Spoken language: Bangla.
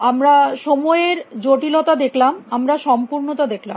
আমরা সময়ের জটিলতা দেখলাম আমরা সম্পূর্ণতা দেখলাম